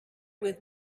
with